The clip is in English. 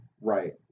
right